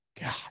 God